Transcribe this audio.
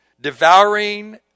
Devouring